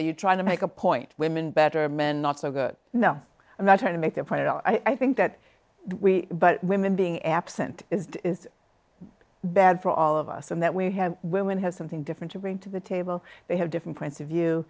you trying to make a point women better men not so good no i'm not trying to make their point i think that we but women being absent it's bad for all of us in that we have women have something different to bring to the table they have different points of view